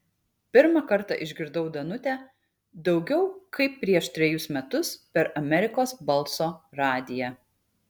pirmą kartą išgirdau danutę daugiau kaip prieš trejus metus per amerikos balso radiją